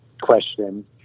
question